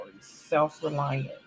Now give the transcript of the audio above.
self-reliant